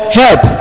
help